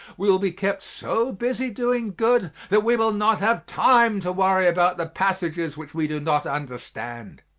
we will be kept so busy doing good that we will not have time to worry about the passages which we do not understand.